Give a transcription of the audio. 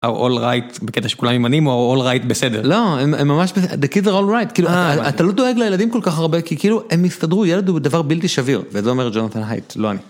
ה "אול רייט" בקטע שכולם ימניים, או ה"אול רייט" בסדר. לא, הם ממש בסדר, the kids are all right. אתה לא דואג לילדים כל כך הרבה, כי כאילו הם יסתדרו, ילד הוא דבר בלתי שביר, וזה אומר ג'ונתן הייט, לא אני.